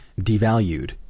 devalued